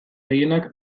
gehienak